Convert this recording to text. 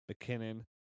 McKinnon